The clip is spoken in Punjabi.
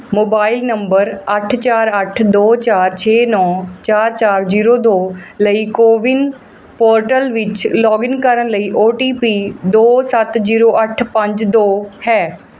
ਨੰਬਰ ਅੱਠ ਚਾਰ ਅੱਠ ਦੋ ਚਾਰ ਛੇ ਨੌ ਚਾਰ ਚਾਰ ਜੀਰੋ ਦੋ ਲਈ ਕੋਵਿਨ ਪੋਰਟਲ ਵਿੱਚ ਲੌਗਇਨ ਕਰਨ ਲਈ ਓ ਟੀ ਪੀ ਦੋੋੋ ਸੱਤ ਜੀਰੋ ਅੱਠ ਪੰਜ ਦੋ ਹੈ